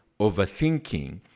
overthinking